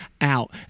out